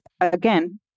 again